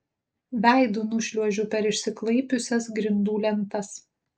veidu nušliuožiu per išsiklaipiusias grindų lentas